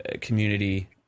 community